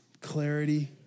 clarity